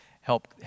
help